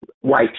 white